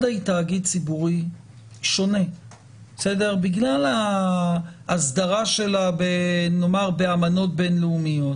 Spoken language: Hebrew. מד"א היא תאגיד ציבורי שונה בגלל הסדרה שלה באמנות בין-לאומיות.